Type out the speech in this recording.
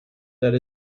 that